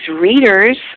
readers